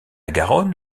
garonne